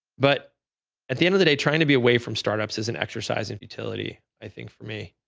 but at the end of the day, trying to be away from startups is an exercise of utility i think for me.